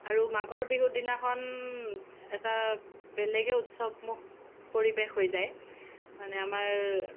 আৰু মাঘৰ বিহুৰ দিনাখন এটা বেলেগেই উৎসৱমুখ পৰিৱেশ হৈ যায় মানে আমাৰ